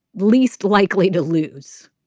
least likely to lose.